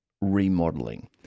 remodeling